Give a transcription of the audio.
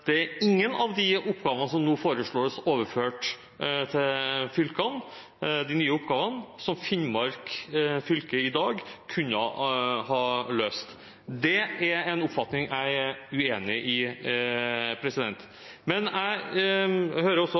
det er ingen av de oppgavene som nå foreslås overført til de nye fylkene, som Finnmark fylke i dag kunne ha løst. Det er en oppfatning jeg er uenig i. Men jeg hører også